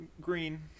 Green